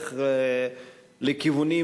שהולך לכיוונים,